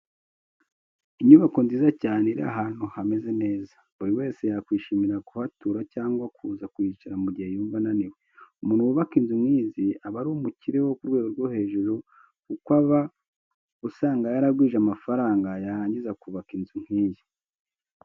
Inyubako nziza cyane iri ahantu hameze neza, buri wese yakwishimira kuhatura cyangwa kuza kuhicara mu gihe yumva ananiwe. Umuntu wubaka inzu nk'izi aba ari umukire wo ku rwego rwo hejuru kuko uba usanga yaragwije amafaranga yarangiza akubaka inzu nk'iyi.